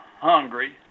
hungry